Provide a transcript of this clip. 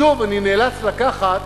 שוב, אני נאלץ לקחת